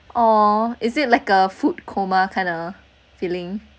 !aww! is it like a food coma kinda feeling